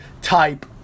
type